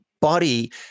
body